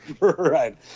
Right